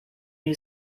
new